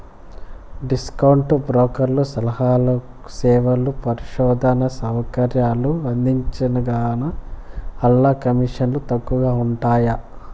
discount బ్రోకర్లు సలహాలు, సేవలు, పరిశోధనా సౌకర్యాలు అందించరుగాన, ఆల్ల కమీసన్లు తక్కవగా ఉంటయ్యి